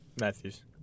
Matthews